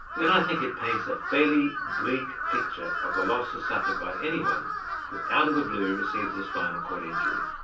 then i think it paints a fairly bleak picture of the losses suffered by anyone who, out of the blue, receives a spinal cord injury.